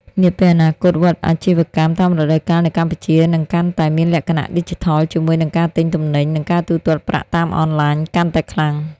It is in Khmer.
នាពេលអនាគត វដ្តអាជីវកម្មតាមរដូវកាលនៅកម្ពុជានឹងកាន់តែមានលក្ខណៈឌីជីថល ជាមួយនឹងការទិញទំនិញ និងការទូទាត់ប្រាក់តាមអនឡាញកាន់តែខ្លាំង។